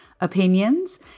opinions